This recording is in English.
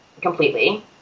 completely